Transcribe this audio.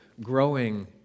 growing